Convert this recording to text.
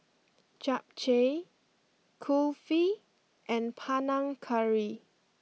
Japchae Kulfi and Panang Curry